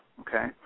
okay